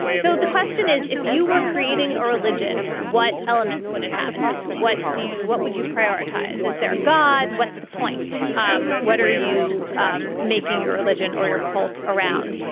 so the question is, if you were creating a religion, what elements would it have in it? what do you what would you prioritize? is there a god? what's the point? um what are you um making your religion or your cult around,